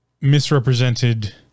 misrepresented